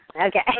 Okay